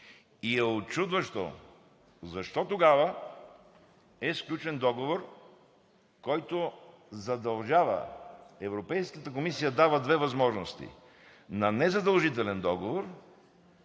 и е учудващо защо тогава е сключен договор, който задължава – Европейската комисия дава две възможности: на незадължителен договор